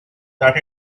that